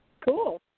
Cool